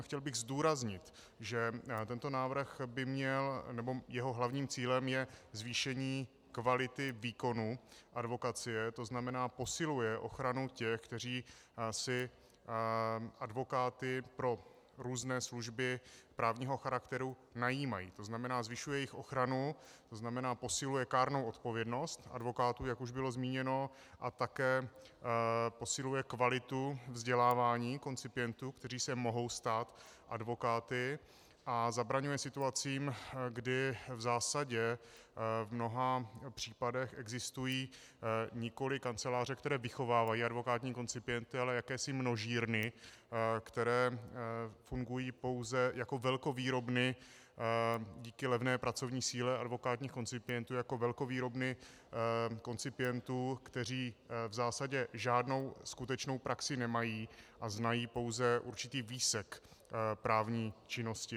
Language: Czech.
Chtěl bych zdůraznit, že hlavním cílem tohoto návrhu je zvýšení kvality výkonu advokacie, tzn. posiluje ochranu těch, kteří si advokáty pro různé služby právního charakteru najímají, zvyšuje jejich ochranu, tzn. posiluje kárnou odpovědnost advokátů, jak už bylo zmíněno, a také posiluje kvalitu vzdělávání koncipientů, kteří se mohou stát advokáty, a zabraňuje situacím, kdy v zásadě v mnoha případech existují nikoliv kanceláře, které vychovávají advokátní koncipienty, ale jakési množírny, které fungují pouze jako velkovýrobny, díky levné pracovní síle advokátních koncipientů jako velkovýrobny koncipientů, kteří v zásadě žádnou skutečnou praxi nemají a znají pouze určitý výsek právní činnosti.